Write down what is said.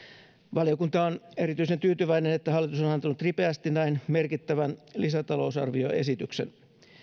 valiokunta on erityisen tyytyväinen että hallitus on on antanut ripeästi näin merkittävän lisätalousarvioesityksen